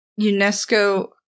UNESCO